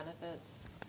benefits